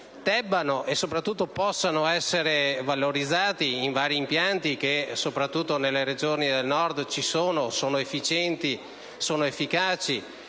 ma soprattutto potessero, essere valorizzati in impianti che, soprattutto nelle regioni del Nord, ci sono e sono efficienti ed efficaci.